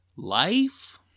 Life